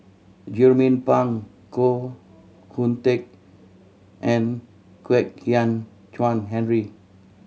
Jernnine Pang Koh Hoon Teck and Kwek Hian Chuan Henry